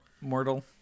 mortal